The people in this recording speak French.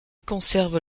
conserve